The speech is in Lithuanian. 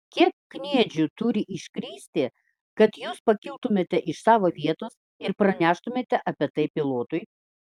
kiek kniedžių turi iškristi kad jūs pakiltumėte iš savo vietos ir praneštumėte apie tai pilotui